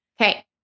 Okay